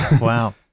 Wow